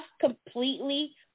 completely